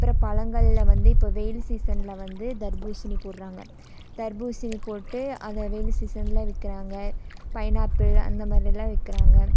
அப்பறம் பழங்களில் வந்து இப்போது வெயில் சீசனில் வந்து தர்பூசணி போடுறாங்க தர்பூசணி போட்டு அதை வெயில் சீசனில் விற்கிறாங்க பைனாப்பிள் அந்த மாதிரிலாம் விற்கிறாங்க